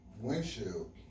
windshield